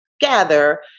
gather